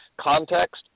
context